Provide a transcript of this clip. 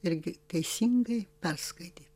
irgi teisingai perskaityt